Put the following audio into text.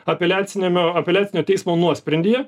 apeliaciniame apeliacinio teismo nuosprendyje